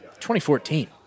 2014